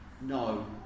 no